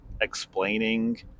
explaining